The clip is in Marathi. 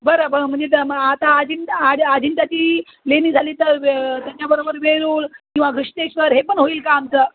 बरं बरं म्हणजे त म आता आजी आज आजिंताची लेणी झाली तर त्यांच्याबरोबर वेरूळ किंवा घृष्णेश्वर हे पण होईल का आमचं